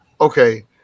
okay